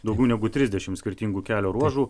daugiau negu trisdešimt skirtingų kelio ruožų